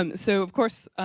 um so, of course,